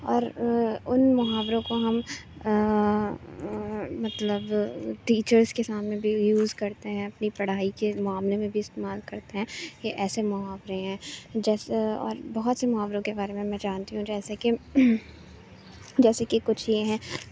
اور ان محاوروں کو ہم مطلب ٹیچرس کے سامنے بھی یوز کرتے ہیں اپنی پڑھائی کے معاملے میں بھی استعمال کرتے ہیں یہ ایسے محاورے ہیں جیسے بہت سے محاوروں کے بارے میں جانتی ہوں جیسے کہ جیسے کہ کچھ یہ ہیں